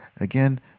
again